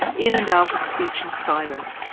in and out of speech and silence,